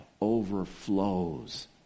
overflows